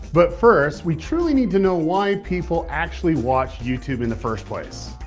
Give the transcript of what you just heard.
but first, we truly need to know why people actually watch youtube in the first place.